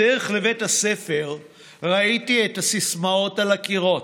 בדרך לבית הספר ראיתי את הסיסמאות על הקירות: